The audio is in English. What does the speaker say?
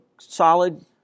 solid